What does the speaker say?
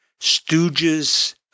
stooges